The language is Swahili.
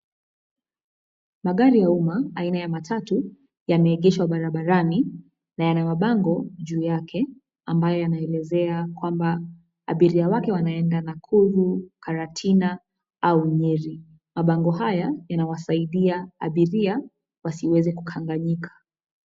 Magari ya umma aina ya matatu, yameegeshwa barabarani, na yana mabango juu yake, ambayo yanaelezea kwamba, abiria wake wanaenda Nakuru, Karatina, au Nyeri, mabango haya yanawasaidia abiria, wasiweze kukanganyika.